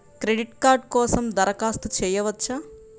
Credit card కోసం దరఖాస్తు చేయవచ్చా?